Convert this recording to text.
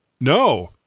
No